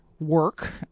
work